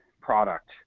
product